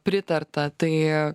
pritarta tai